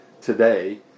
today